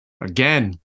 again